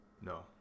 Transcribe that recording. No